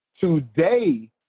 today